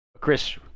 Chris